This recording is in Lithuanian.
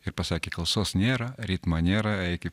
ir pasakė klausos nėra ritmo nėra eik į